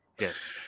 Yes